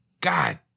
God